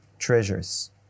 treasures